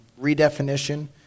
redefinition